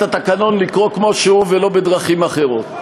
התקנון לקרוא כמו שהוא ולא בדרכים אחרות.